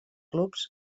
clubs